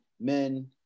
men